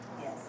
Yes